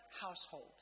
household